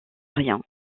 rien